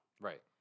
Right